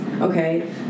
okay